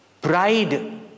pride